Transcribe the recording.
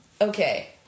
okay